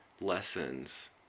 lessons